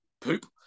poop